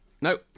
No